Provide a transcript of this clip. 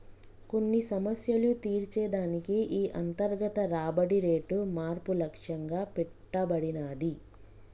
కొన్ని సమస్యలు తీర్చే దానికి ఈ అంతర్గత రాబడి రేటు మార్పు లక్ష్యంగా పెట్టబడినాది